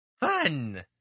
fun